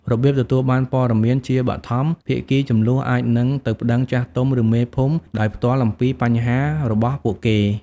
របៀបទទួលបានព័ត៌មាន ជាបឋម ភាគីជម្លោះ អាចនឹងទៅប្ដឹងចាស់ទុំ ឬមេភូមិដោយផ្ទាល់អំពីបញ្ហារបស់ពួកគេ។